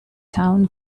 town